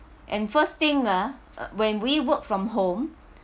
and first thing ah when we work from home